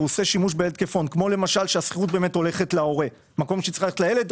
כמו שהשכירות הולכת להורה במקום שהיא תלך לילד,